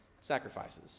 sacrifices